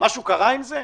משהו קרה עם זה?